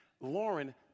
Lauren